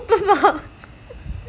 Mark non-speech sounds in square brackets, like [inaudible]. super power [laughs]